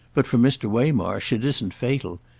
but for mr. waymarsh it isn't fatal.